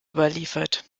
überliefert